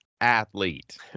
athlete